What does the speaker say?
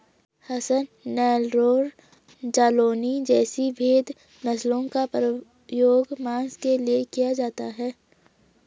हसन, नेल्लौर, जालौनी जैसी भेद नस्लों का प्रयोग मांस के लिए किया जाता है